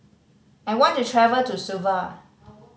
I want to travel to Suva